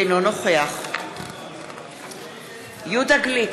אינו נוכח יהודה גליק,